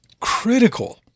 critical